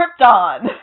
Krypton